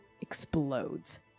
explodes